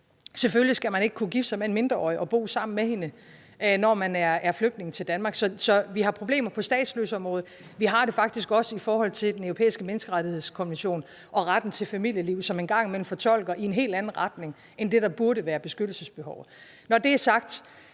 Selvfølgelig skal man ikke kunne gifte sig med en mindreårig og bo sammen med hende, når man er flygtning i Danmark. Så vi har problemer på statsløseområdet, men vi har det faktisk også i forhold til den europæiske menneskerettighedskonvention og retten til familieliv, som en gang imellem fortolkes i en helt anden retning end det, der burde være beskyttelsesbehovet. Når det er sagt,